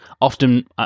often